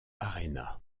arena